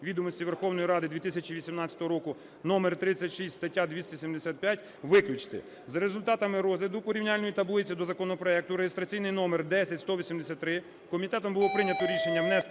(Відомості Верховної Ради 2018 року, № 36, стаття 275) виключити". За результатами розгляду порівняльної таблиці до законопроекту реєстраційний номер 10183 комітетом було прийнято рішення внести